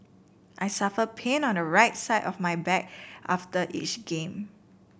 I suffer pain on the right side of my back after each game